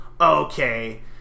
okay